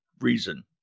reason